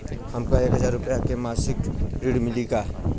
हमका एक हज़ार रूपया के मासिक ऋण मिली का?